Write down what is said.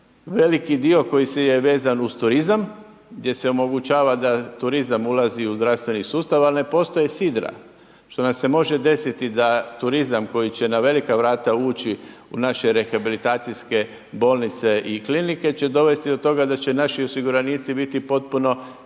veliki dio koji je vezan uz turizam gdje se omogućava da turizam ulazi u zdravstveni sustav, ali ne postoje sidra što nam se može desiti da turizam koji će na velika vrata ući u naše rehabilitacijske bolnice i klinike će dovesti do toga da će naši osiguranici biti potpuno istisnuti